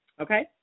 okay